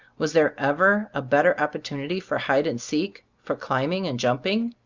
was there ever a better opportunity for hide-and seek, for climbing and jumping?